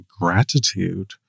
gratitude